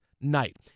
night